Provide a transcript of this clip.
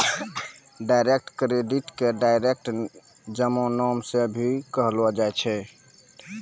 direct credit के direct जमा नाम से भी कहलो जाय छै